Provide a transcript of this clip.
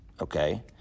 okay